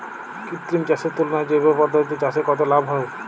কৃত্রিম চাষের তুলনায় জৈব পদ্ধতিতে চাষে কত লাভ হয়?